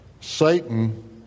Satan